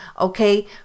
okay